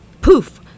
Poof